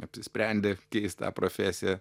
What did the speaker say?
apsisprendė keist tą profesiją